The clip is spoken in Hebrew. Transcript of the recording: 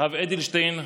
הרב אדלשטיין,